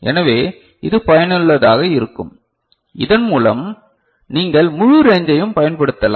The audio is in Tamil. எனவே இது பயனுள்ளதாக இருக்கும் இதன் மூலம் நீங்கள் முழு ரேஞ்சையும் பயன்படுத்தலாம்